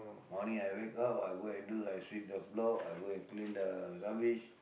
morning I wake up I go and do like sweep the floor I go and clean the rubbish